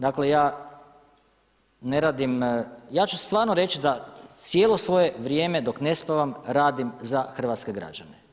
Dakle, ja ne radim, ja ću stvarno reći da cijelo svoje vrijeme dok ne spavam radim za hrvatske građene.